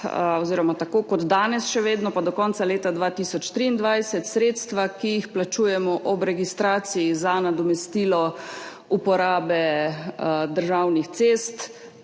in tako kot danes, še vedno pa do konca leta 2023, bodo sredstva, ki jih plačujemo ob registraciji za nadomestilo uporabe državnih cest,